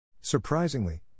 Surprisingly